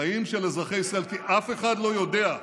חיים של אזרחי ישראל, כי אף אחד לא יודע,